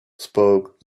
spoke